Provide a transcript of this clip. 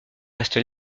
reste